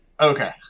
Okay